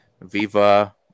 Viva